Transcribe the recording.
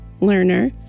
learner